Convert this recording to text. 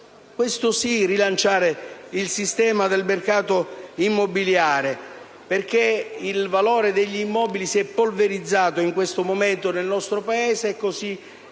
questo sì, rilanciare il sistema del mercato immobiliare, perché il valore degli immobili si è polverizzato in questo momento nel nostro Paese, così